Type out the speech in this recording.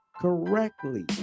correctly